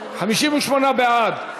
58 בעד,